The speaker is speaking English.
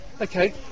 okay